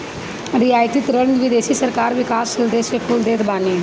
रियायती ऋण विदेशी सरकार विकासशील देस कुल के देत बानी